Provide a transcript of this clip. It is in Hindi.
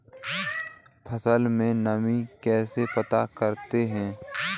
फसल में नमी कैसे पता करते हैं?